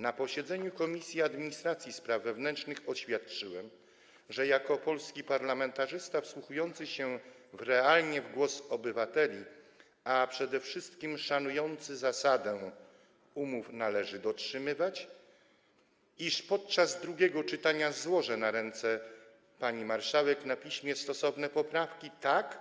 Na posiedzeniu Komisji Administracji i Spraw Wewnętrznych oświadczyłem, że jako polski parlamentarzysta wsłuchujący się realnie w głos obywateli, a przede wszystkim szanujący zasadę, że umów należy dotrzymywać, podczas drugiego czytania złożę na ręce pani marszałek na piśmie stosowne poprawki, tak